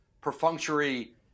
perfunctory